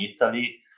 Italy